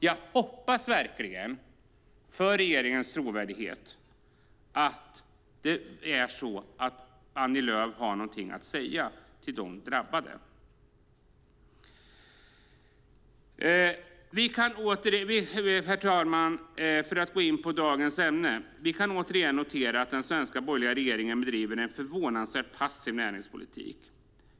Jag hoppas verkligen för regeringens trovärdighets skull att Annie Lööf har någonting att säga till de drabbade. Herr talman! För att gå in på dagens ämne: Vi kan återigen notera att den svenska borgerliga regeringen bedriver en förvånansvärt passiv näringspolitik.